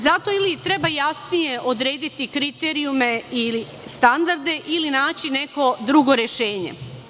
Zato ili treba jasnije odrediti kriterijume ili standarde ili naći neko drugo rešenje.